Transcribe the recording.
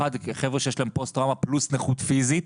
במיוחד חבר'ה שיש להם פוסט טראומה פלוס נכות פיזית,